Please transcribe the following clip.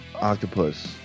octopus